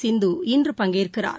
சிந்து இன்று பங்கேற்கிறார்